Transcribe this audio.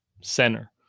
center